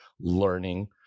Learning